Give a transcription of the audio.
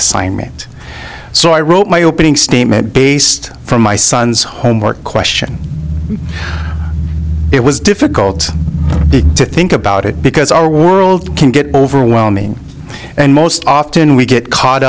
assignment so i wrote my opening statement based from my son's homework question it was difficult to think about it because our world can get overwhelming and most often we get caught